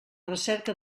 recerca